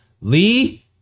lee